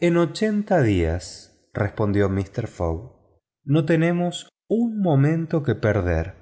en ochenta días respondió mister fogg no tenemos un momento que perder